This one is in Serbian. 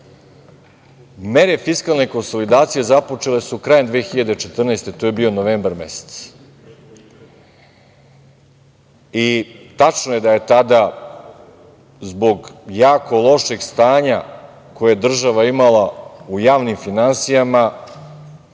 mere fiskalne konsolidacije započete su krajem 2014. godine, to je bio novembar mesec. Tačno je da je tada zbog jako lošeg stanja koje je država imala u javnim finansijama